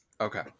okay